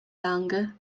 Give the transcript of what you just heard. lange